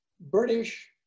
British